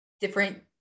different